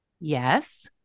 Yes